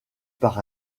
par